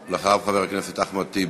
ולאחריו, חבר הכנסת אחמד טיבי.